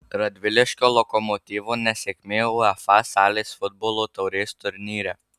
radviliškio lokomotyvo nesėkmė uefa salės futbolo taurės turnyre